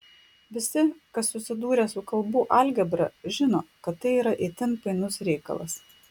visi kas susidūrę su kalbų algebra žino kad tai yra itin painus reikalas